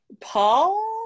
Paul